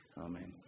Amen